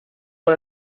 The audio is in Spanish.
por